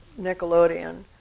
Nickelodeon